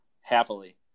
happily